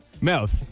Mouth